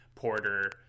Porter